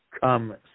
come